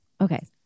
okay